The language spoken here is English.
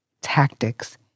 tactics